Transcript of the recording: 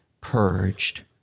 purged